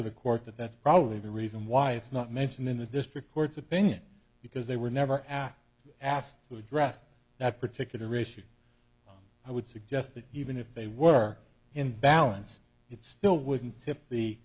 to the court that that's probably the reason why it's not mentioned in the district court's opinion because they were never asked asked to address that particular issue i would suggest that even if they were in balance it still wouldn't tip the